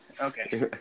Okay